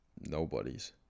Nobody's